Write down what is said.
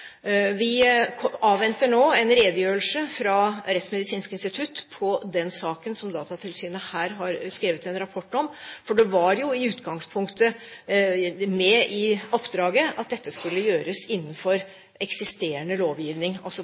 Vi avventer nå en redegjørelse fra Rettsmedisinsk institutt om den saken som Datatilsynet har skrevet en rapport om. Det var jo i utgangspunktet med i oppdraget at dette skulle gjøres innenfor eksisterende lovgivning, altså